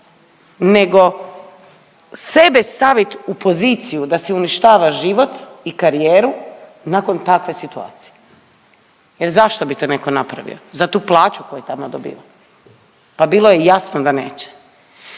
nego sebe stavit u poziciju da si uništava život i karijeru nakon takve situacije. Jer zašto bi to netko napravio? Za tu plaću koju tamo dobiva, pa bilo je jasno da neće.